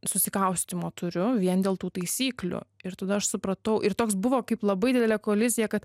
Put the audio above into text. susikaustymo turiu vien dėl tų taisyklių ir tada aš supratau ir toks buvo kaip labai didelė kolizija kad